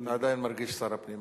אתה עדיין מרגיש שר הפנים,